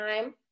time